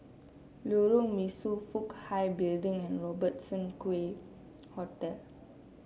Lorong Mesu Fook Hai Building and Robertson Quay Hotel